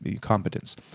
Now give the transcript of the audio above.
competence